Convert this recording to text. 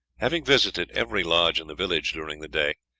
having visited every lodge in the village during the day,